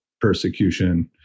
persecution